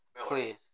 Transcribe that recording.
Please